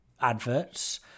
adverts